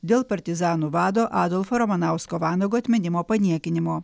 dėl partizanų vado adolfo ramanausko vanago atminimo paniekinimo